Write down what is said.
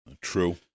True